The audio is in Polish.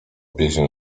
pieśń